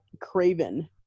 Craven